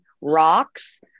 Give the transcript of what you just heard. rocks